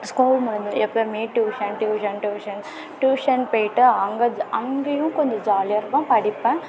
school முடிஞ்சு எப்பயுமே tuition tuition tuition tuition போய்விட்டு அங்கே ஜா அங்கேயும் கொஞ்சம் ஜாலியாக இருந்து தான் படிப்பேன்